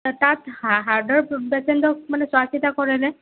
তাত হা হাৰ্টৰ পেচেণ্টক মানে চোৱা চিতা কৰেনে